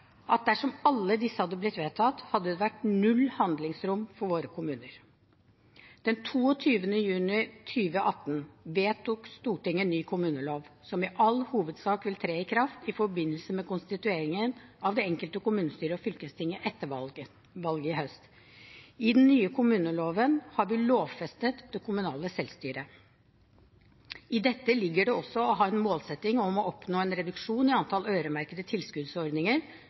at dersom alle disse hadde blitt vedtatt, hadde det vært null handlingsrom for våre kommuner. Den 22. juni 2018 vedtok Stortinget ny kommunelov, som i all hovedsak vil tre i kraft i forbindelse med konstitueringen av det enkelte kommunestyret og fylkestinget etter valget i høst. I den nye kommuneloven har vi lovfestet det kommunale selvstyret. I dette ligger det også å ha en målsetting om å oppnå en reduksjon i antallet øremerkede tilskuddsordninger,